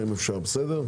בקצרה.